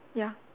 ya